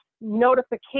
notification